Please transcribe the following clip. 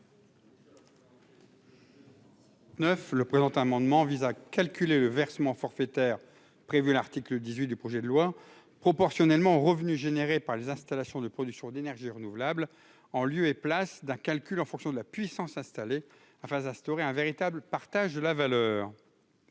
Cet amendement vise à calculer le versement forfaitaire, prévu à l'article 18 du projet de loi, proportionnellement aux revenus générés par les installations de production d'énergie renouvelable en lieu et place d'un calcul en fonction de la puissance installée, afin d'instaurer un véritable partage de la valeur.